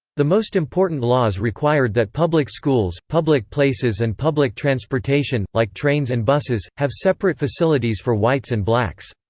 the most important laws required that public schools, public places and public transportation, like trains and buses, have separate facilities for whites and blacks.